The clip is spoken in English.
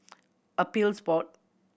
Appeals Board